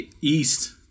east